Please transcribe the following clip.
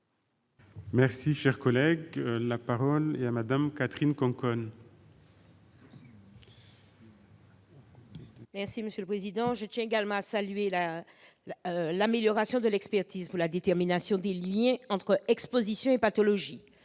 à ce fonds. La parole est à Mme Catherine Conconne, sur l'article. Je tiens également à saluer l'amélioration de l'expertise pour la détermination des liens entre exposition et pathologie.